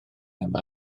yma